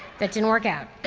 that didn't work out.